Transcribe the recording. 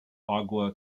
agua